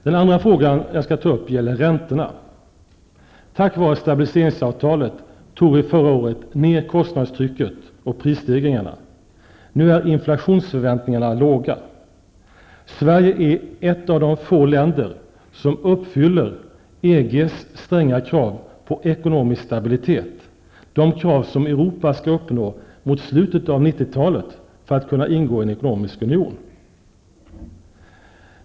Den andra fråga som jag skall ta upp gäller räntorna. Tack vare stabiliseringsavtalet fick vi förra året ner kostnadstrycket och prisstegringarna. Nu är inflationsförväntningarna låga. Sverige är ett av de få länder som uppfyller EG:s stränga krav på ekonomisk stabilitet, de krav som Europa skall uppfylla mot slutet av 90-talet för att kunna ingå i en ekonomisk union.